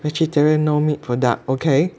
vegeterian no meat product okay